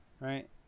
Right